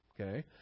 Okay